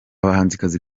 bahanzikazi